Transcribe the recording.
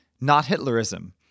not-Hitlerism